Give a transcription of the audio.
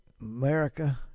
America